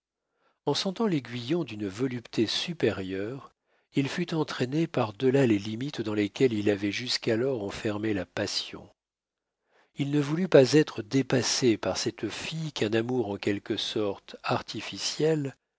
en sentant l'aiguillon d'une volupté supérieure il fut entraîné par delà les limites dans lesquelles il avait jusqu'alors enfermé la passion il ne voulut pas être dépassé par cette fille qu'un amour en quelque sorte artificiel